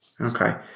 Okay